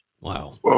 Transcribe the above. Wow